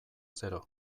zero